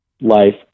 life